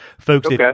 folks